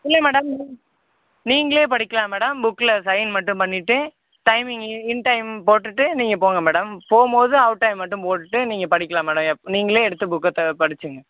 இல்லை மேடம் நீ நீங்களே படிக்கலாம் மேடம் புக்கில் சைன் மட்டும் பண்ணிவிட்டு டைம்மிங் இன் இன்டைம் போட்டுவிட்டு நீங்கள் போங்க மேடம் போகம்போது அவுட் டைம் மட்டும் போட்டுவிட்டு நீங்கள் படிக்கலாம் மேடம் எப்போ நீங்களே எடுத்து புக்கை தான் படிச்சுங்க